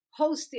hosted